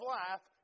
life